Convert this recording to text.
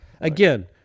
again